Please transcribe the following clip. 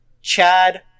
Chad